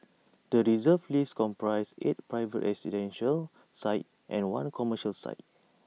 the Reserve List comprises eight private residential sites and one commercial site